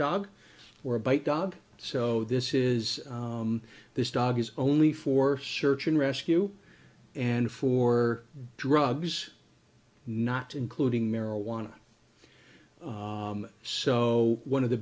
dog or a bite dog so this is this dog is only for search and rescue and for drugs not including marijuana so one of the